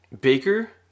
Baker